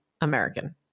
American